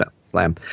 Slam